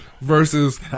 versus